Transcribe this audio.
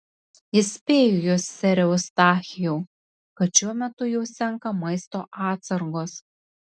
įspėju jus sere eustachijau kad šiuo metu jau senka maisto atsargos